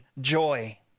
joy